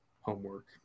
homework